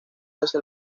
hacia